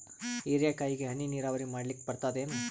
ಹೀರೆಕಾಯಿಗೆ ಹನಿ ನೀರಾವರಿ ಮಾಡ್ಲಿಕ್ ಬರ್ತದ ಏನು?